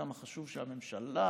כמה חשוב שהממשלה,